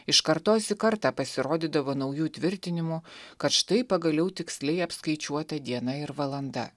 iš kartos į kartą pasirodydavo naujų tvirtinimų kad štai pagaliau tiksliai apskaičiuota diena ir valanda